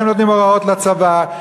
הם נותנים הוראות לצבא,